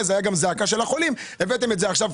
זה היה גם זעק של החולים הבאתם את זה גם,